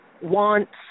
wants